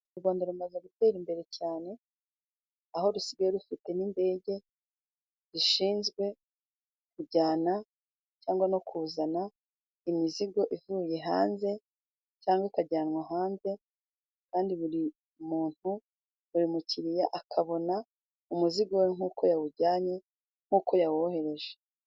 U Rwanda rumaze gutera imbere cyane, aho rusigaye rufite n'indege zishinzwe kujyana cyangwa no kuzana imizigo ivuye hanze, cyangwa ikajyanwa hanze, kandi buri muntu, buri mukiriya akabona umuzigo we nkuko yawujyanye, nkuko yawohereje.